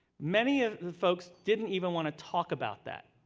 many of the folks didn't even want to talk about that.